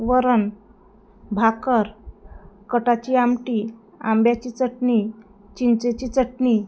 वरण भाकर कटाची आमटी आंब्याची चटणी चिंचेची चटणी